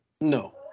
No